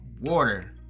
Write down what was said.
water